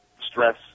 stress